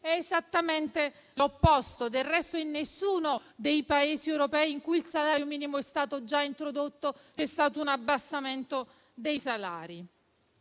è esattamente l'opposto. Del resto, in nessuno dei Paesi europei in cui il salario minimo è stato già introdotto c'è stata una diminuzione dei salari.